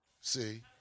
see